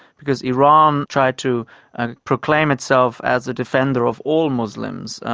because iran tried to ah proclaim itself as a defender of all muslims,